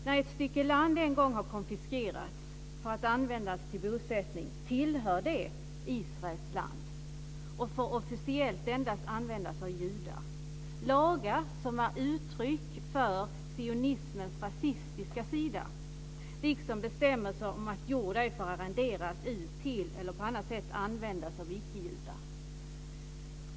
När ett stycke land en gång har konfiskerats för att användas till bosättning tillhör det Israels land och får officiellt endast användas av judar - lagar som var uttryck för sionismens rasistiska sida, liksom bestämmelser om att jord ej får arrenderas ut till eller på annat sätt användas av icke-judar.